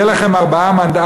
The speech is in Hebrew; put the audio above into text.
יהיו לכם 4%?